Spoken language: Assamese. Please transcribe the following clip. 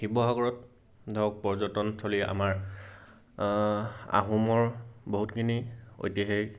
শিৱসাগৰত ধৰক পৰ্যটনথলী আমাৰ আহোমৰ বহুতখিনি ঐতিহাসিক